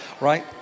Right